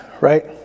right